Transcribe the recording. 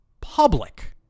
public